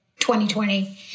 2020